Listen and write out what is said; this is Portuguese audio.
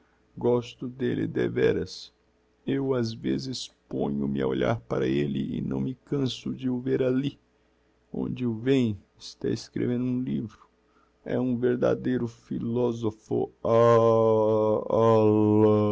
gosto d'elle deveras eu ás vezes ponho me a olhar para elle e não me canço de o ver ali onde o vêem está escrevendo um livro é um verdadeiro